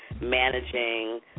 Managing